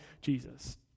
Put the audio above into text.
Jesus